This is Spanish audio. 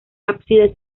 ábside